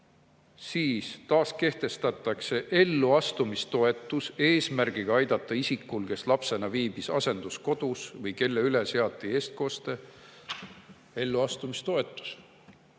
Siis taaskehtestatakse elluastumistoetus eesmärgiga aidata isikut, kes lapsena viibis asenduskodus või kelle üle seati eestkoste. Elluastumistoetus!